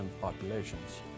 populations